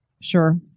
Sure